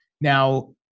Now